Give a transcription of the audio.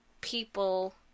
people